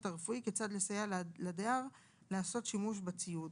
הרפואי כיצד לסייע לדייר לעשות שימוש בציוד.